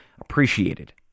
appreciated